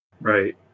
Right